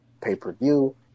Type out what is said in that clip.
pay-per-view